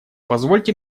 позвольте